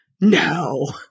No